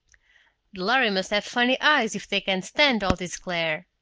lhari must have funny eyes, if they can stand all this glare!